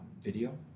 video